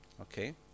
Okay